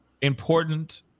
important